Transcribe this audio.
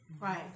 Right